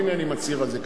אם תוכיח לבית-המשפט.